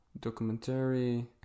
Documentary